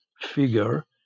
figure